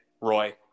Roy